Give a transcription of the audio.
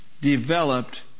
developed